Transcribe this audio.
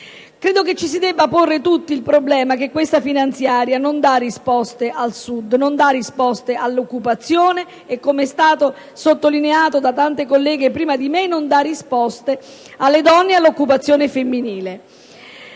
Credo che tutti dobbiamo porci il problema che questa finanziaria non dà risposte al Sud, non dà risposte all'occupazione e, come è stato sottolineato da tante colleghe prima di me, non dà risposte alle donne e all'occupazione femminile.